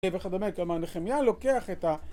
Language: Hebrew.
וכדמה, כלומר נחמיה לוקח את ה...